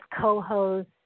co-host